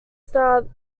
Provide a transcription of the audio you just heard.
star